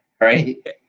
right